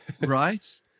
right